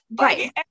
right